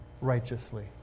righteously